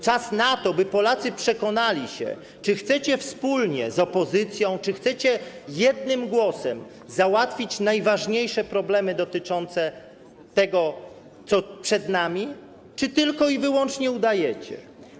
Czas na to, by Polacy przekonali się, czy chcecie wspólnie z opozycją jednym głosem załatwić najważniejsze problemy dotyczące tego, co przed nami, czy tylko i wyłącznie udajecie.